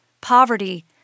poverty